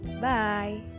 Bye